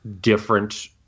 different